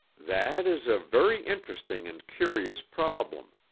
that is a very interesting and curious problem,